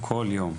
נכון.